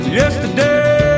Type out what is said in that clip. yesterday